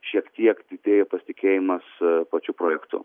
šiek tiek didėja pasitikėjimas pačiu projektu